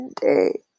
day